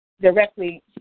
Directly